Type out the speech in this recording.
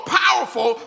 powerful